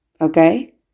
Okay